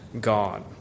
God